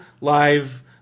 live-